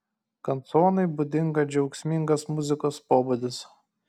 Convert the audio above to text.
kanconai būdinga džiaugsmingas muzikos pobūdis